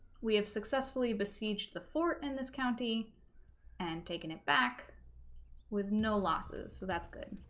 we have successfully besieged the fort in this county and taken it back with no losses so that's good